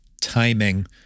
timing